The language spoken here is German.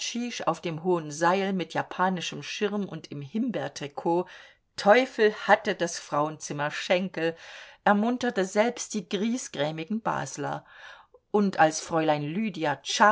auf dem hohen seil mit japanischem schirm und im himbeertrikot teufel hatte das frauenzimmer schenkel ermunterte selbst die griesgrämigen basler und als fräulein lydia